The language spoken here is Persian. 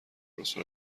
روسر